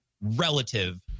relative